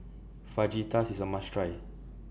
Fajitas IS A must Try